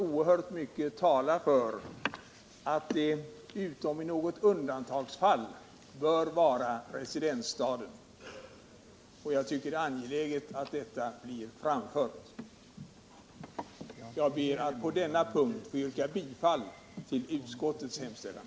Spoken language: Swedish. Oerhört mycket talar för att förläggningen, utom i något undantagsfall, bör vara till residensstaden, och jag tycker det är angeläget att detta blir framfört i debatten. Jag ber att få yrka bifall till utskottets hemställan.